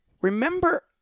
Remember